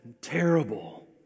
Terrible